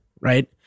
right